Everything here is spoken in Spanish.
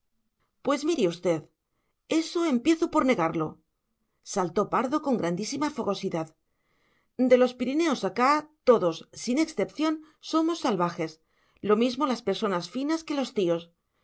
pues mire usted eso empiezo por negarlo saltó pardo con grandísima fogosidad de los pirineos acá todos sin excepción somos salvajes lo mismo las personas finas que los tíos